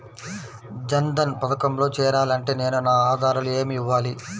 జన్ధన్ పథకంలో చేరాలి అంటే నేను నా ఆధారాలు ఏమి ఇవ్వాలి?